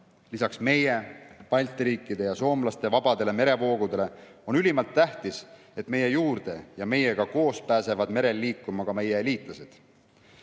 Lisaks meie, Balti riikide ja soomlaste vabadele merevoogudele on ülimalt tähtis, et meie juurde ja meiega koos pääsevad merel liikuma meie liitlased.